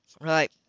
Right